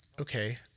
okay